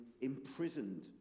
imprisoned